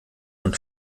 man